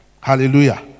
Hallelujah